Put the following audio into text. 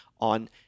on